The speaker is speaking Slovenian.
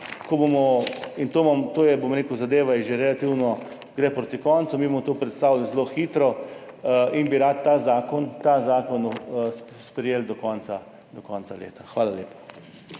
na podeželju. Zadeva gre že relativno proti koncu, mi bomo to predstavili zelo hitro in bi radi ta zakon sprejeli do konca leta. Hvala lepa.